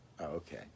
okay